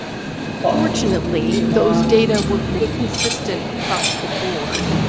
fortunately, those data were pretty consistent across the board.